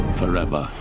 forever